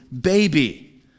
baby